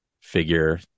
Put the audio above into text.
figure